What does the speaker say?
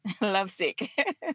lovesick